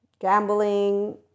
gambling